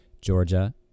Georgia